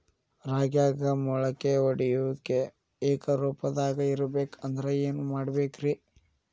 ರಾಗ್ಯಾಗ ಮೊಳಕೆ ಒಡೆಯುವಿಕೆ ಏಕರೂಪದಾಗ ಇರಬೇಕ ಅಂದ್ರ ಏನು ಮಾಡಬೇಕ್ರಿ?